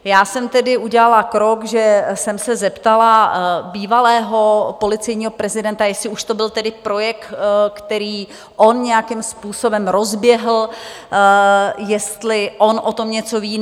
Já jsem tedy udělala krok, že jsem se zeptala bývalého policejního prezidenta, jestli už to byl tedy projekt, který on nějakým způsobem rozběhl, jestli on o tom něco ví.